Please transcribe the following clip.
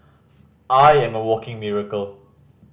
I am a walking miracle